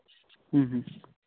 ᱦᱮᱸ ᱦᱮᱸ